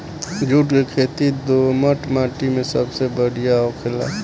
जुट के खेती दोहमट माटी मे सबसे बढ़िया होखेला